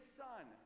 son